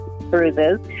bruises